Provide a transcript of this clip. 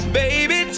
baby